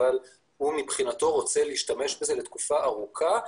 אבל הוא רוצה להשתמש בזה לתקופה ארוכה,